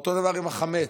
ואותו דבר עם החמץ.